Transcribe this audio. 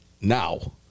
now